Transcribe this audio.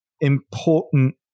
important